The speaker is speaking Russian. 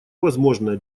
возможное